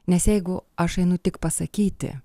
nes jeigu aš einu tik pasakyti